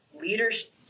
leadership